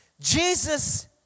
Jesus